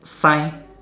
sign